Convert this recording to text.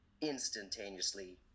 instantaneously